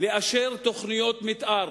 לקבל אישור תוכניות מיתאר.